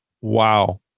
Wow